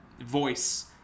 voice